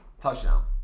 touchdown